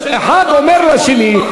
האחד אומר לשני,